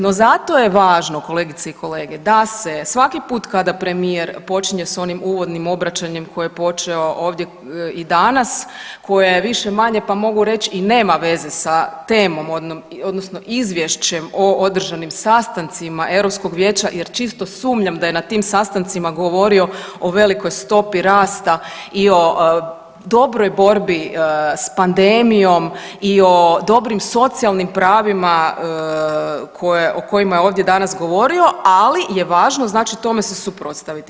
No, zato je važno, kolegice i kolege, da se svaki puta kada premijer počinje s onim uvodnim obraćanjem koje je počeo ovdje i danas, koje je više-manje, pa mogu reći i nema veze sa temom, odnosno izvješćem o održanim sastancima EU Vijeća jer čisto sumnjam da je na tim sastancima govorio o velikoj stopi rasta i o dobroj borbi s pandemijom i o dobrim socijalnim pravima koje, o kojima je ovdje danas govorio, ali je važno znači tome se suprotstaviti.